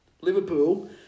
Liverpool